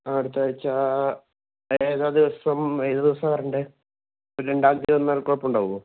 അടുത്താഴ്ച്ച ഏതാ ദിവസം ഏത് ദിവസമാണ് വരേണ്ടത് അടുത്ത രണ്ടാന്തി വന്നാൽ കുഴപ്പമുണ്ടാകുവോ